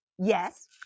Yes